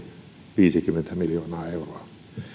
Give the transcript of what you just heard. viisikymmentä miljoonaa euroa